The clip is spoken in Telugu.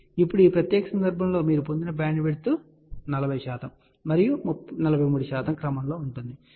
ఇప్పుడు ఈ ప్రత్యేక సందర్భంలో మీరు పొందిన బ్యాండ్విడ్త్ 40 శాతం మరియు 43 శాతం క్రమంలో ఉంటుంది